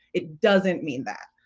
it doesn't mean that.